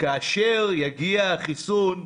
כאשר יגיע החיסון,